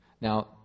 Now